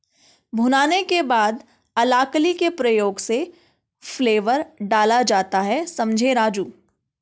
भुनाने के बाद अलाकली के प्रयोग से फ्लेवर डाला जाता हैं समझें राजु